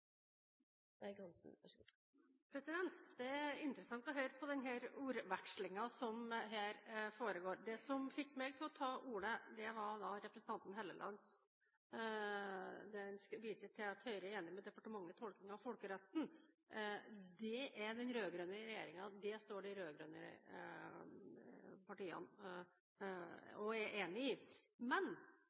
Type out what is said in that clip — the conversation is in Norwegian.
interessant å høre på denne ordvekslingen som her foregår. Det som fikk meg til å ta ordet, var representanten Helleland, som viser til at Høyre er enig i departementets tolkning av folkeretten. Det er de rød-grønne partiene også enige i, men likevel er det jo lov til å drive politikk, og det er